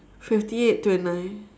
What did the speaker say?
fifty eight twenty nine